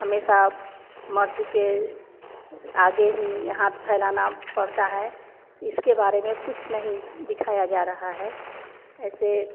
हमेशा मर्द के आगे ही हाथ फैलाना पड़ता है इसके बारे में कुछ नहीं दिखाया जा रहा है ऐसे